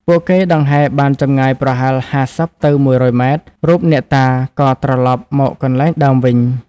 ពួកគេដង្ហែបានចម្ងាយប្រហែល ៥០ ទៅ ១០០ ម៉ែត្រ រូបអ្នកតាក៏ត្រឡប់មកកន្លែងដើមវិញ។